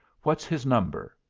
what's his number?